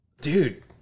dude